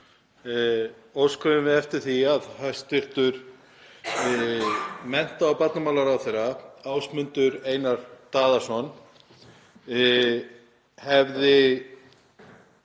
óskuðum við eftir því að hæstv. mennta- og barnamálaráðherra, Ásmundur Einar Daðason, hefði